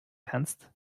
kannst